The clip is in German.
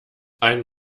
einen